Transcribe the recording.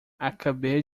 acabei